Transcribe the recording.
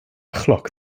chloc